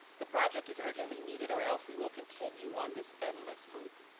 the project is urgently needed or else we will continue on this endless loop,